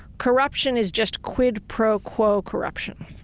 corruption is just quid pro quo corruption.